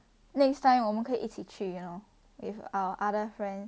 next time 我们可以一起去 you know with our other friend